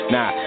Nah